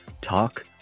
Talk